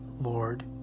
lord